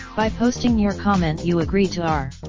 by posting your comment you agree to our.